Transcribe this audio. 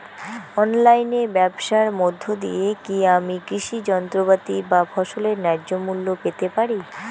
অনলাইনে ব্যাবসার মধ্য দিয়ে কী আমি কৃষি যন্ত্রপাতি বা ফসলের ন্যায্য মূল্য পেতে পারি?